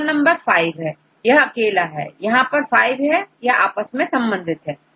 अगला नंबरV है यह अकेला है यहां यह5 है यह आपस में संबंधित है